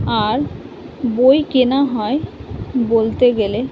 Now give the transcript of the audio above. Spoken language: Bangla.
আর বই কেনা হয় বলতে গেলে